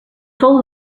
sol